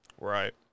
Right